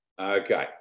Okay